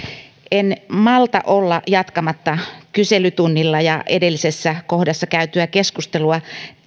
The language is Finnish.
en malta olla jatkamatta kyselytunnilla ja edellisessä kohdassa käytyä keskustelua